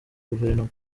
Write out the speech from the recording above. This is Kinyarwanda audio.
guverinoma